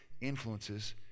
influences